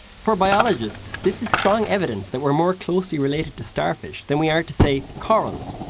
for biologists, this is strong evidence that we're more closely related to starfish than we are, to say, corals,